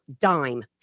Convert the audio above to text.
dime